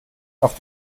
auf